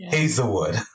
Hazelwood